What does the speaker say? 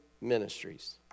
ministries